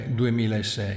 2006